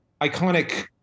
iconic